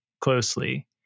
closely